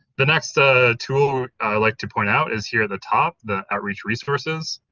the next ah tool i like to point out is here at the top, the outreach resources,